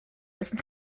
dessen